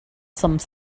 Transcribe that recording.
some